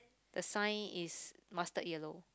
the sign is mustard yellow